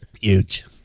huge